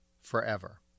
forever